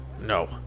No